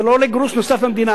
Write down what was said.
זה לא עולה גרוש נוסף למדינה.